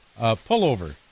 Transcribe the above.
pullover